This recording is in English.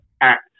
act